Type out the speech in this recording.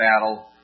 battle